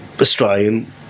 Australian